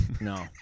No